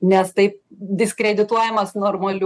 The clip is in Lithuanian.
nes taip diskredituojamas normalių